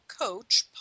Coach